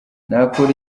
nakora